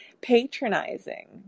patronizing